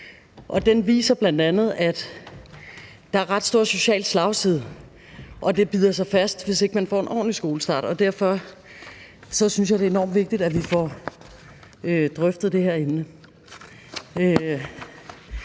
den viste bl.a., at der er en ret stor social slagside, og at det bider sig fast, hvis ikke man får en ordentlig skolestart. Derfor synes jeg, det er enormt vigtigt, at vi får drøftet det her emne.